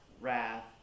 wrath